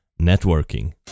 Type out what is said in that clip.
networking